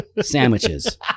sandwiches